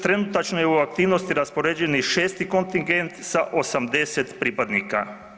Trenutačno je u aktivnosti raspoređenih 6. kontingent sa 80 pripadnika.